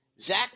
Zach